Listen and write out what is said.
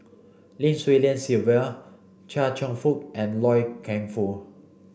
Lim Swee Lian Sylvia Chia Cheong Fook and Loy Keng Foo